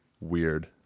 Weird